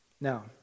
Now